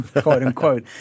quote-unquote